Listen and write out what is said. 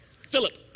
Philip